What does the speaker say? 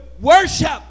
worship